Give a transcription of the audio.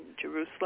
Jerusalem